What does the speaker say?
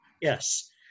Yes